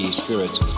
spirits